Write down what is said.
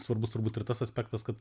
svarbus turbūt ir tas aspektas kad